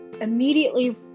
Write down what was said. immediately